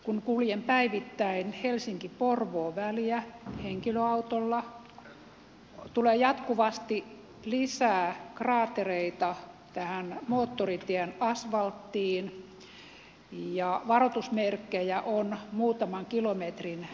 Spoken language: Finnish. kun kuljen päivittäin helsinkiporvoo väliä henkilöautolla tulee jatkuvasti lisää kraattereita moottoritien asfalttiin ja varoitusmerkkejä on muutaman kilometrin välein